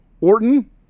Orton